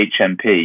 HMP